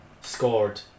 scored